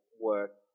work